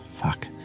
fuck